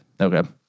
Okay